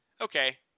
Okay